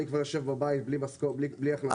אני יושב בבית בלי משכורת והכנסה.